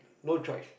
no choice